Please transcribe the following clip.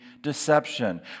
deception